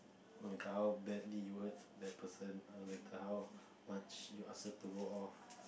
no matter how badly you hurt that person no matter how much you ask her to go off